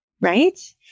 Right